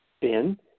Ben